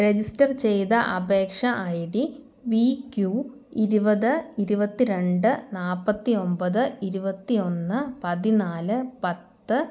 register ചെയ്ത അപേക്ഷ I D V Q ഇരുപത് ഇരുപത്തി രണ്ട് നാൽപ്പത്തി ഒമ്പത് ഇരുപത്തി ഒന്ന് പതിനാല് പത്ത്